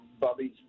Bobby's